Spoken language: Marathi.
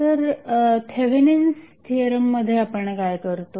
तर थेवेनिन्स थिअरममध्ये आपण काय करतो